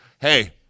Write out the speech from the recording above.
hey